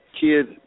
kids